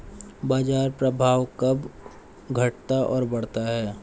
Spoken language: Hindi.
बाजार प्रभाव कब घटता और बढ़ता है?